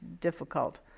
difficult